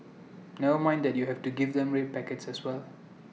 never mind that you have to give them red packets as well